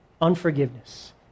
unforgiveness